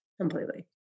completely